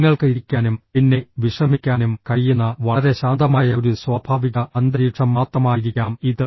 നിങ്ങൾക്ക് ഇരിക്കാനും പിന്നെ വിശ്രമിക്കാനും കഴിയുന്ന വളരെ ശാന്തമായ ഒരു സ്വാഭാവിക അന്തരീക്ഷം മാത്രമായിരിക്കാം ഇത്